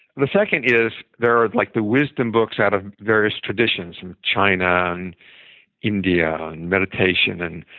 the second is there are like the wisdom books out of various traditions in china and india and meditation, and